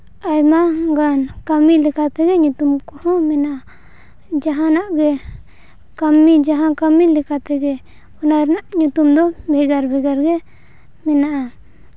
ᱟᱭᱢᱟ ᱜᱟᱱ ᱠᱟᱹᱢᱤ ᱞᱮᱠᱟᱛᱮ ᱧᱩᱛᱩᱢ ᱠᱚᱦᱚᱸ ᱢᱮᱱᱟᱜᱼᱟ ᱡᱟᱦᱟᱸ ᱱᱟᱜ ᱜᱮ ᱠᱟᱹᱢᱤ ᱡᱟᱦᱟᱸ ᱠᱟᱹᱢᱤ ᱞᱮᱠᱟ ᱛᱮᱜᱮ ᱚᱱᱟ ᱨᱮᱱᱟᱜ ᱧᱩᱛᱩᱢ ᱫᱚ ᱵᱷᱮᱜᱟᱨ ᱵᱷᱮᱜᱟᱨ ᱜᱮ ᱢᱮᱱᱟᱜᱼᱟ